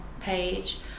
page